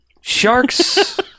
Sharks